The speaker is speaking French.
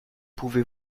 pouvez